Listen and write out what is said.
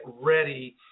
ready